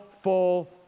full